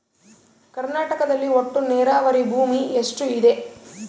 ಕರ್ನಾಟಕದಲ್ಲಿ ಒಟ್ಟು ನೇರಾವರಿ ಭೂಮಿ ಎಷ್ಟು ಇದೆ?